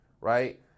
right